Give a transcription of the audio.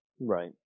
Right